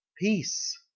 peace